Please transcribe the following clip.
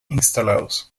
instalados